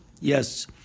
Yes